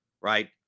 Right